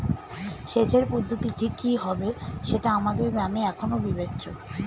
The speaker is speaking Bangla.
সেচের পদ্ধতিটি কি হবে সেটা আমাদের গ্রামে এখনো বিবেচ্য